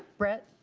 brett?